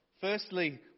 Firstly